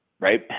right